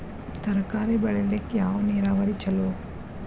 ತರಕಾರಿ ಬೆಳಿಲಿಕ್ಕ ಯಾವ ನೇರಾವರಿ ಛಲೋ?